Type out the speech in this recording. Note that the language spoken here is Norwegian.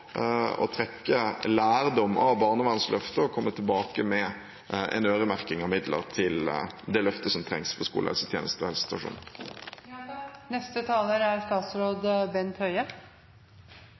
å trekke lærdom av barnevernsløftet og komme tilbake med en øremerking av midler til det løftet som trengs for skolehelsetjeneste og